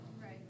right